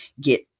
get